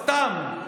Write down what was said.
סתם,